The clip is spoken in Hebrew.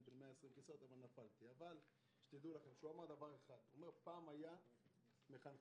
הוא אמר דבר אחד: פעם היו מחנכים,